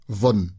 von